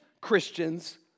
Christians